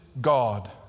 God